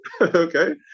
okay